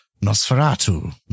Nosferatu